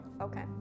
Okay